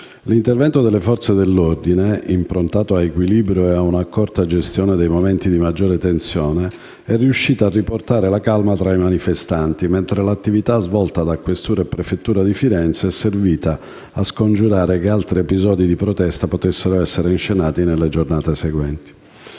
L'intervento delle Forze dell'ordine, improntato all'equilibrio e a una accorta gestione dei momenti di maggiore tensione, è riuscito a riportare la calma tra i manifestanti, mentre l'attività svolta da questura e prefettura di Firenze è servita a scongiurare che altri episodi di protesta potessero essere inscenati nelle giornate seguenti.